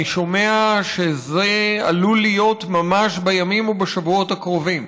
אני שומע שזה עלול להיות ממש בימים ובשבועות הקרובים.